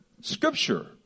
scripture